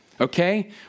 Okay